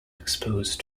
exposed